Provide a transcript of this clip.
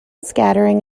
scattering